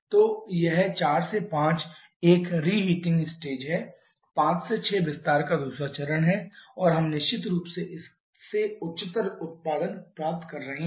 तो यह ४ से 5 एक रीहीटिंग स्टेज है 5 से 6 विस्तार का दूसरा चरण है और हम निश्चित रूप से इससे उच्चतर उत्पादन प्राप्त कर रहे हैं